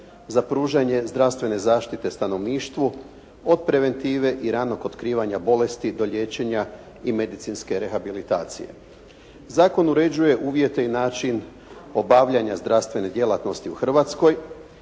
za pružanje zdravstvene zaštite stanovništvu od preventive i ranog otkrivanja bolesti do liječenja i medicinske rehabilitacije. Zakon uređuje uvjete i način obavljanja zdravstvene djelatnosti u Hrvatskoj.